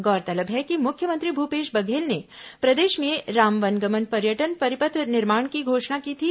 गौरतलब है कि मुख्यमंत्री भूपेश बधेल ने प्रदेश में राम वनगमन पर्यटन परिपथ निर्माण की घोषणा की थी